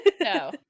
no